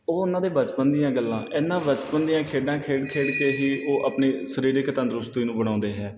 ਉਹ ਉਨ੍ਹਾਂ ਦੇ ਬਚਪਨ ਦੀਆਂ ਗੱਲਾਂ ਇਨ੍ਹਾਂ ਬਚਪਨ ਦੀਆਂ ਖੇਡਾਂ ਖੇਡ ਖੇਡ ਕੇ ਹੀ ਉਹ ਆਪਣੇ ਸਰੀਰਕ ਤੰਦਰੁਸਤੀ ਨੂੰ ਬਣਾਉਂਦੇ ਹੈ